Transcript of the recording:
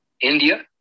India